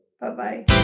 Bye-bye